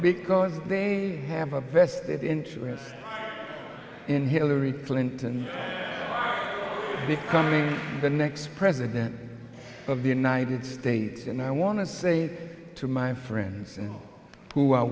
because they have a vested interest in hillary clinton becoming the next president of the united states and i want to say to my friends who are